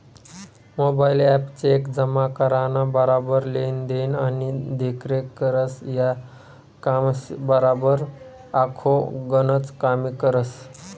mobile app cheque जमा कराना बराबर लेन देन आणि देखरेख करस, या कामेसबराबर आखो गनच कामे करस